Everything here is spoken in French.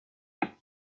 mais